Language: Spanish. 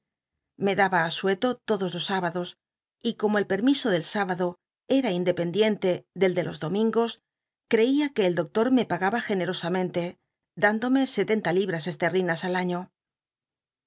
me daba asueto lodos los sábados y como el permiso del sübado era independiente del de los domingos creia que el doctor me pagaba generosamente dándome setenta libras cstel'linas al año